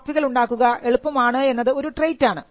കോപ്പികൾ ഉണ്ടാക്കുക എളുപ്പമാണ് എന്നത് ഒരു ട്രെയ്റ്റാണ്